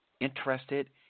interested